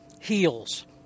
heals